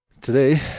Today